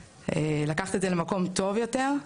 לקחת את זה למקום טוב יותר,